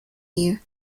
you